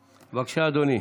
בבקשה, אדוני,